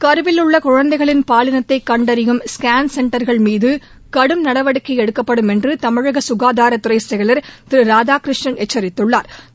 கருவில் உள்ள குழந்தைகளின் பாலினத்தை கண்டறியும் ஸ்கேன் சென்டர்கள் மீது கடும் நடவடிக்கை எடுக்கப்படும் என்று தமிழக சுகாதாரத்துறை செயல் திரு ராதாகிருஷ்ணன் எச்சரித்துள்ளாா்